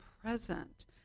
present